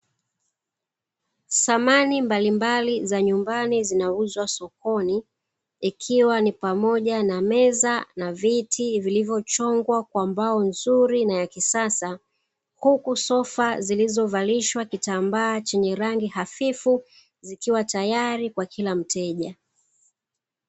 Samani mbalimbali za nyumbani zinauzwa sokoni ikiwa ni pamoja na meza na viti vilivyochongwa kwa mbao nzuri na ya kisasa, huku sofa zilizovalishwa kitambaa chenye rangi hafifu zikiwa tayari kwa kila mteja.